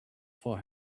for